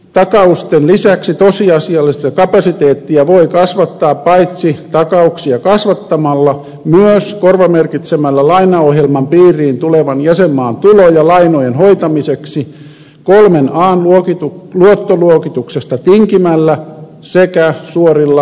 takausten lisäksi tosiasiallista kapasiteettiä voi kasvattaa paitsi takauksia kasvattamalla myös korvamerkitsemällä lainaohjelman piiriin tulevan jäsenmaan tuloja lainojen hoita miseksi kolmen an luottoluokituksesta tinkimällä sekä suorilla lainoilla